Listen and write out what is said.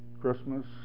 Christmas